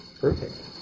perfect